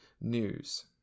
news